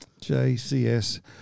JCS